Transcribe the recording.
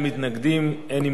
הצעת החוק עברה,